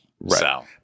Right